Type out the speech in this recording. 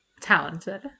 talented